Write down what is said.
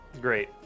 Great